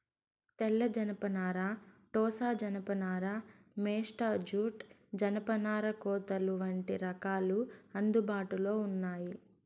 తెల్ల జనపనార, టోసా జానప నార, మేస్టా జూట్, జనపనార కోతలు వంటి రకాలు అందుబాటులో ఉన్నాయి